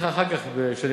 אני אגיד לך אחר כך,